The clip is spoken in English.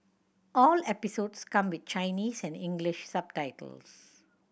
all episodes come with Chinese and English subtitles